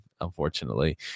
unfortunately